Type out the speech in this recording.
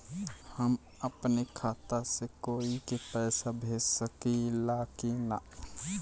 हम अपने खाता से कोई के पैसा भेज सकी ला की ना?